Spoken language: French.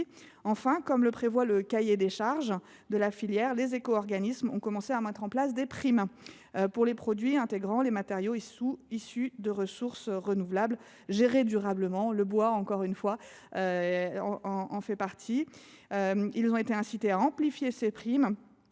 Enfin, comme le prévoit le cahier des charges de la filière, les éco organismes ont commencé à distribuer des primes pour les produits intégrant des matériaux issus de ressources renouvelables gérées durablement, dont le bois fait encore une fois partie. Ils ont été incités à amplifier ces primes